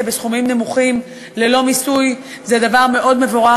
בסכומים נמוכים ללא מיסוי זה דבר מאוד מבורך.